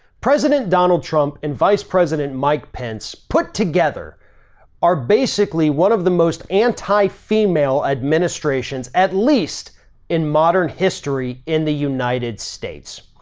president donald trump and vice president mike pence put together are basically one of the most anti-female administrations, at least in modern history, in the united states.